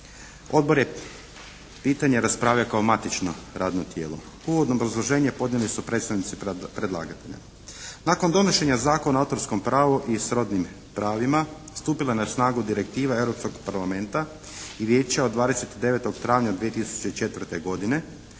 Odbor je pitanje raspravio kao matično radno tijelo. Uvodno obrazloženje podnijeli su predstavnici predlagatelja. Nakon donošenja Zakona o autorskom pravu i srodnim pravima stupila je na snagu direktiva Europskog parlamenta i Vijeća od 29. travnja 2004. godine,